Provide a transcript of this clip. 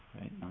Right